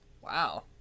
Wow